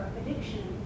addiction